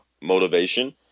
motivation